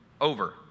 over